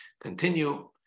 continue